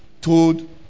told